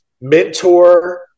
Mentor